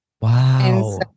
Wow